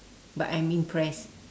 but I'm impressed